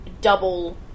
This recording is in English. double